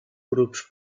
grups